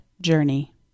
journey